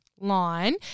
line